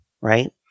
right